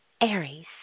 Aries